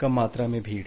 कम मात्रा में भीड़